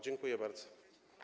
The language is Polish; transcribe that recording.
Dziękuję bardzo.